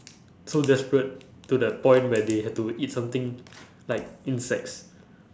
so desperate to the point where they had to eat something like insects